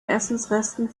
essensresten